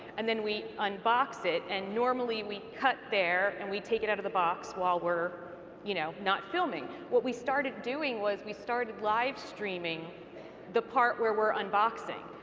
and then we un-box it, and normally we cut there and we take it out of the box while we're you know not filming. what we started doing was we started livestreaming the part where we're unboxing,